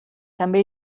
també